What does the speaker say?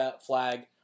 flag